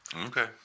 Okay